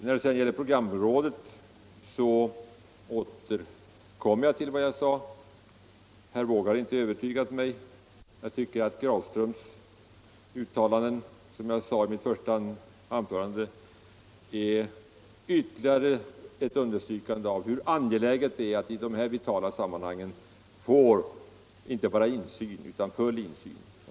När det sedan gäller programrådet har herr Wååg inte övertygat mig. Jag tycker att generaldirektör Grafströms uttalanden, som jag sade i mitt första anförande, är ytterligare ett understrykande äv hur angeläget det är att vi i detta sammanhang har inte bara insyn utan full insyn.